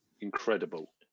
incredible